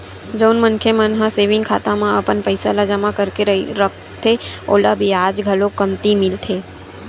जउन मनखे मन ह सेविंग खाता म अपन पइसा ल जमा करके रखथे ओला बियाज घलो कमती मिलथे